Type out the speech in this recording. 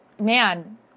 man